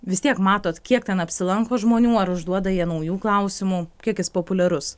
vis tiek matot kiek ten apsilanko žmonių ar užduoda jie naujų klausimų kiek jis populiarus